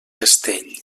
castell